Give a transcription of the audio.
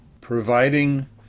providing